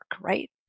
right